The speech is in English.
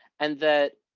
and that,